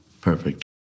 perfect